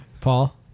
Paul